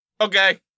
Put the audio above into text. Okay